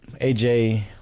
Aj